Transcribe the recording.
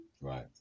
Right